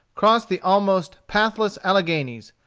crossed the almost pathless alleghanies.